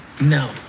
No